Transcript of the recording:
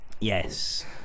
Yes